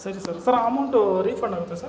ಸರಿ sir sir amount ರಿಫಂಡಾಗುತ್ತ sir